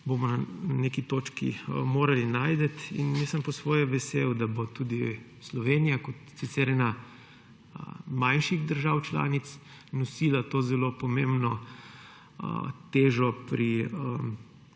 bomo na neki točki morali najti. Jaz sem po svoje vesel, da bo tudi Slovenija kot sicer ena manjših držav članic nosila to zelo pomembno težo pri